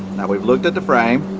now we've looked at the frame,